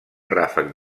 ràfec